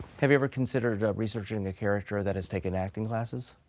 have you ever considered researching a character that has taken acting classes?